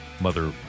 mother